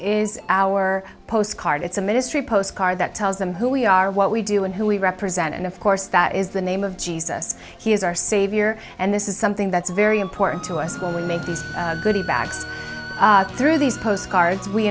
is our postcard it's a ministry postcard that tells them who we are what we do and who we represent and of course that is the name of jesus he is our savior and this is something that's very important to us when we make these goody bags through these postcards we